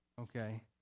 Okay